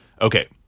Okay